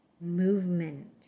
movement